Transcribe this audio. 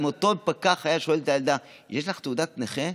אם אותו פקח היה שואל את הילדה: יש לך תעודת נכה?